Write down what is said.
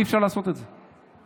אי-אפשר לעשות את זה.